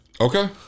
Okay